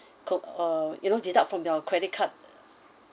uh you know deduct from your credit card